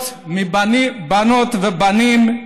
בנות ובנים,